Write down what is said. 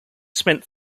spent